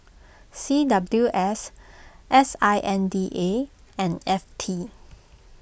C W S S I N D A and F T